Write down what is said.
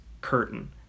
curtain